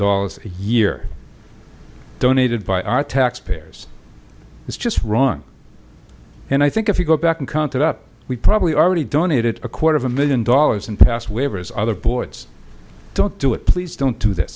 dollars a year donated by our taxpayers is just wrong and i think if you go back and count it up we probably already donated a quarter of a million dollars and passed waivers other ports don't do it please don't do th